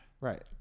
Right